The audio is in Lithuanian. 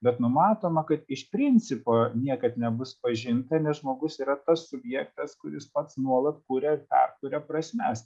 bet numatoma kad iš principo niekad nebus pažinta nes žmogus yra tas subjektas kuris pats nuolat kuria ir perkuria prasmes